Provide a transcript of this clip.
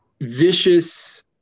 vicious